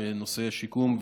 בנושא השיקום,